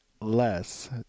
less